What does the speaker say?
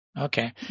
Okay